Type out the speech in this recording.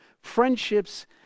Friendships